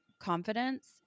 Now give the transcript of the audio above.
confidence